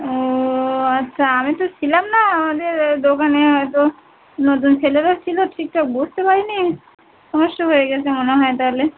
ও আচ্ছা আমি তো ছিলাম না আমাদের দোকানে হয়তো নতুন ছেলেরা ছিলো ঠিকঠাক বুঝতে পারে নি সমস্যা হয়ে গেছে মনে হয় তাহলে